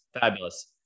Fabulous